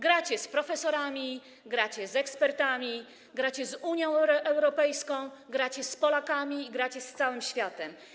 Gracie z profesorami, gracie z ekspertami, gracie z Unią Europejską, gracie z Polakami i gracie z całym światem.